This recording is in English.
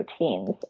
routines